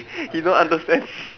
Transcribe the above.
he don't understand